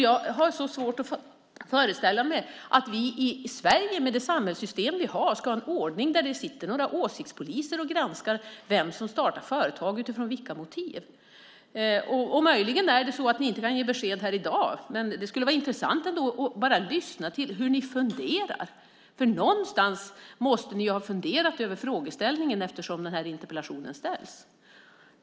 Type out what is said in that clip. Jag har svårt att föreställa mig att vi i Sverige, med det samhällssystem vi har, ska ha en ordning där åsiktspoliser sitter och granskar vem som startar företag och utifrån vilka motiv. Det är möjligt att ni inte kan ge besked i dag, men det skulle ändå vara intressant att höra hur ni funderar, för någonstans måste ni väl ha funderat över frågeställningen eftersom interpellationen ställs?